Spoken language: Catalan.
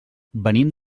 venim